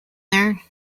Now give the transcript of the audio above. there